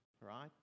right